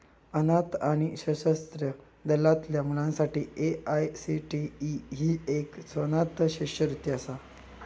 अनाथ आणि सशस्त्र दलातल्या मुलांसाठी ए.आय.सी.टी.ई ही एक स्वनाथ शिष्यवृत्ती असा